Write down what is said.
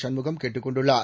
சண்முகம் கேட்டுக் கொண்டுள்ளார்